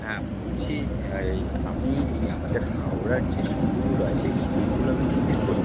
হ্যাঁ বলছি এই আমি এই আমাদের হাওড়ার যে স্কুলগুলো আছে এই স্কুলগুলো আমি ভিজিট করছি